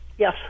Yes